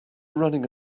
running